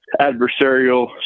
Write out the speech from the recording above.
adversarial